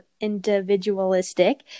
individualistic